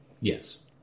Yes